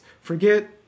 Forget